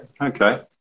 Okay